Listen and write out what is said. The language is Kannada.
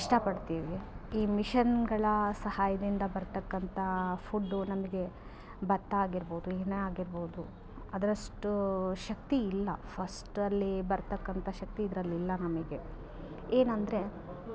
ಇಷ್ಟ ಪಡ್ತೀವಿ ಈ ಮಿಷನ್ಗಳ ಸಹಾಯದಿಂದ ಬರ್ತಕ್ಕಂಥ ಫುಡ್ಡು ನಮಗೆ ಭತ್ತ ಆಗಿರ್ಬೋದು ಏನೇ ಆಗಿರ್ಬೋದು ಅದರಷ್ಟು ಶಕ್ತಿಯಿಲ್ಲ ಫಸ್ಟಲ್ಲಿ ಬರ್ತಕ್ಕಂಥ ಶಕ್ತಿ ಇದ್ರಲ್ಲಿಲ್ಲ ನಮಗೆ ಏನಂದರೆ